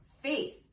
Faith